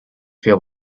feel